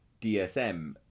DSM